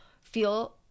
feel